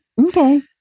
okay